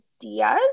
ideas